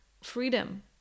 freedom